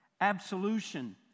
Absolution